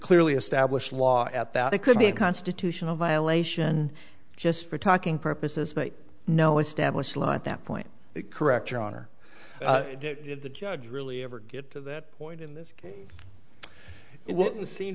clearly established law at that it could be a constitutional violation just for talking purposes but no established law at that point the correct your honor the judge really ever get to that point in this case it won't seem